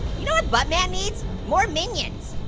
you know what butt man needs? more minions,